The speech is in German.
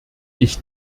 ich